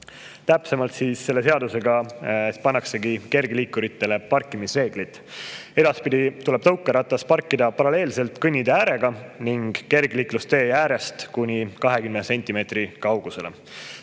Täpsemalt, selle seadusega [kehtestatakse] kergliikuritele parkimisreeglid. Edaspidi tuleb tõukeratas parkida paralleelselt kõnnitee äärega ning kergliiklustee äärest kuni 20 sentimeetri kaugusele.